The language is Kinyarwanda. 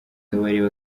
kabarebe